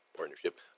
partnership